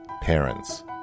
Parents